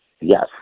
Yes